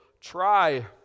try